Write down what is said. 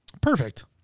Perfect